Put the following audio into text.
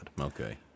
Okay